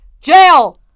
jail